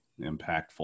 impactful